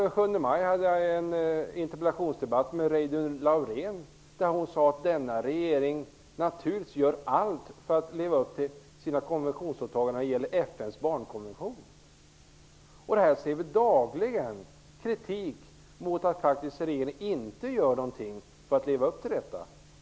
Den 7 maj i fjol hade jag en interpellationsdebatt med Reidunn Laurén. Hon sade att regeringen naturligtvis gör allt för att fullgöra sina konventionsåtaganden när det gäller FN:s barnkonvention. Vi ser dagligen kritik mot regeringen för att den inte gör någonting för att leva upp till detta.